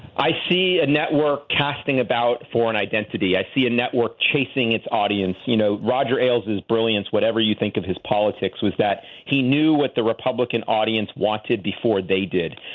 i see a network casting about for an identity. i see a network chasing its audience. you know roger ailes' brilliance, whatever you think of his politics, was that he knew what the republican audience wanted before they did.